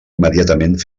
immediatament